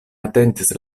atentis